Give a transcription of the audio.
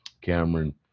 Cameron